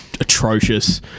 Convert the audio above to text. atrocious